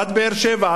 עד באר-שבע,